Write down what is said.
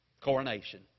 coronation